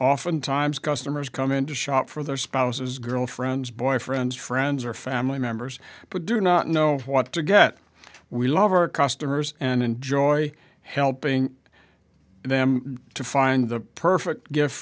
oftentimes customers come in to shop for their spouses girlfriends boyfriends friends or family members but do not know what to get we love our customers and enjoy helping them to find the perfect gift